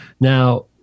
Now